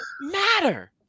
matter